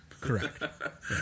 Correct